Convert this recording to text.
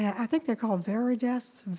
i think they're called varied desks.